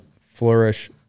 flourish